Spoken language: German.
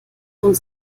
uns